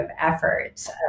efforts